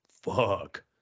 Fuck